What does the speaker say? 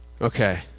Okay